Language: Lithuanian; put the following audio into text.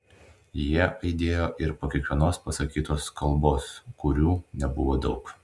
jie aidėjo ir po kiekvienos pasakytos kalbos kurių nebuvo daug